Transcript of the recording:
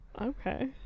okay